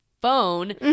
phone